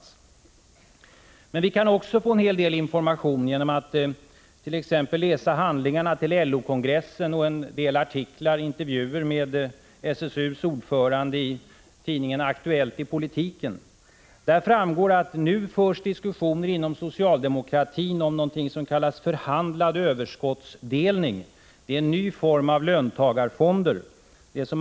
Men vi kan också få en hel del information genom att t.ex. läsa handlingarna till LO-kongressen samt en del artiklar och intervjuer med SSU:s ordförande i tidningen Aktuellt i politiken. Där framgår att det nu förs diskussioner inom socialdemokratin om någonting som kallas förhandlad överskottsdelning. Det är en ny form av löntagarfonder.